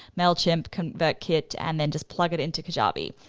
mailchimp, convertkit and then just plug it into kajabi.